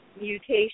mutation